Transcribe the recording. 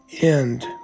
end